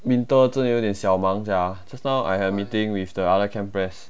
winter 真的有点小忙 sia just now I have meeting with the other camp press